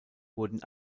wurden